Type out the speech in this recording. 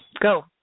Go